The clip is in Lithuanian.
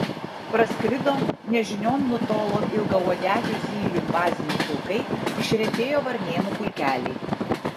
praskrido nežinion nutolo ilgauodegių zylių invaziniai pulkai išretėjo varnėnų pulkeliai